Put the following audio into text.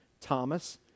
Thomas